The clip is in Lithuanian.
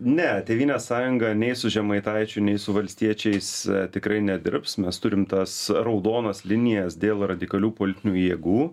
ne tėvynės sąjunga nei su žemaitaičiu nei su valstiečiais tikrai nedirbs mes turim tas raudonas linijas dėl radikalių politinių jėgų